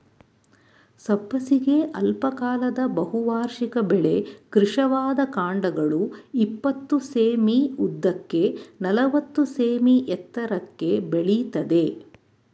ಸಬ್ಬಸಿಗೆ ಅಲ್ಪಕಾಲದ ಬಹುವಾರ್ಷಿಕ ಬೆಳೆ ಕೃಶವಾದ ಕಾಂಡಗಳು ಇಪ್ಪತ್ತು ಸೆ.ಮೀ ಉದ್ದಕ್ಕೆ ನಲವತ್ತು ಸೆ.ಮೀ ಎತ್ತರಕ್ಕೆ ಬೆಳಿತದೆ